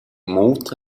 moved